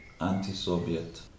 anti-Soviet